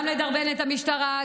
גם לדרבן את המשטרה,